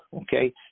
Okay